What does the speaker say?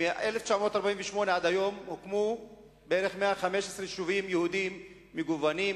מ-1948 עד היום הוקמו בערך 115 יישובים יהודיים מגוונים,